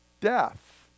death